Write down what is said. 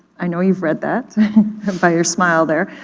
i know you've read that by your smile there,